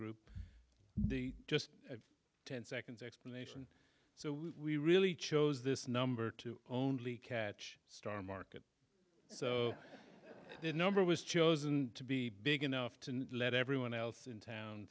group just ten seconds explanation so we really chose this number to only catch star market so the number was chosen to be big enough to let everyone else in town